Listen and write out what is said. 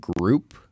group